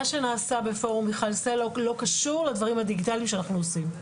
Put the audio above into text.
מה שנעשה בפורום מיכל סלה לא קשור לדברים הדיגיטליים שאנחנו עושים.